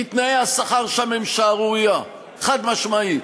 כי תנאי השכר שם הם שערורייה, חד-משמעית.